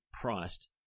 priced